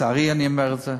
לצערי אני אומר את זה.